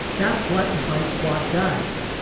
that's what a vice squad does.